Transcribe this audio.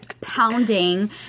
pounding